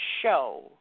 show